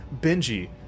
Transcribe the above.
Benji